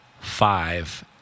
five